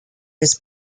his